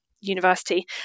university